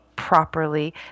properly